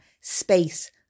space